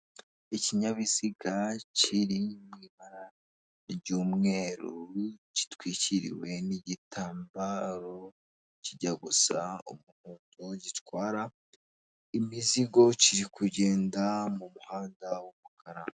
Ikinyabiziga kiri mu ibara ry'umweru gitwikiriwe n'igitambaro kijya gusa umuhondo gitwara imizigo kiri kugenda mu muhanda w'umukara.